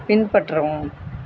பின்பற்றவும்